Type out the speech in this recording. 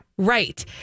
Right